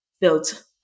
built